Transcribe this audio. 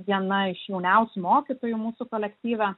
viena iš jauniausių mokytojų mūsų kolektyve